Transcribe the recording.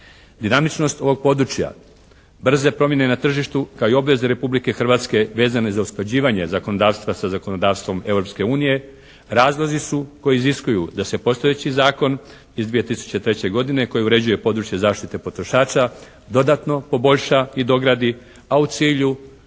Dinamičnost ovog područja, brze promjene na tržištu, kao i obveze Republike Hrvatske vezano za usklađivanje zakonodavstva sa zakonodavstvom Europske unije razlozi su koji iziskuju da se postojeći zakon iz 2003. godine koji uređuje područje zaštite potrošača dodatno poboljša i dogradi, a u cilju